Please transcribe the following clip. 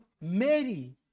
Mary